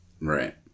Right